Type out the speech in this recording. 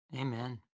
Amen